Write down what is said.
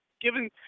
given